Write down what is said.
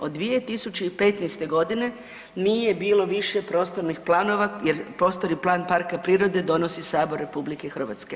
Od 2015. godine nije bilo više prostornih planova jer prostorni plan parka prirode donosi sabor RH.